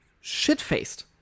shit-faced